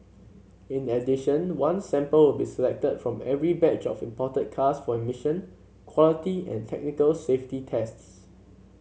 in addition one sample will be selected from every batch of imported cars for emission quality and technical safety tests